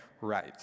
right